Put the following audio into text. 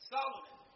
Solomon